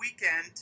weekend